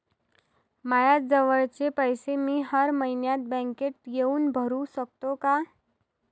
मायाजवळचे पैसे मी हर मइन्यात बँकेत येऊन भरू सकतो का?